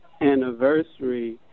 anniversary